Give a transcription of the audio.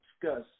discuss